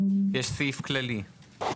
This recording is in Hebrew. יש סעיף כללי.